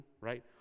right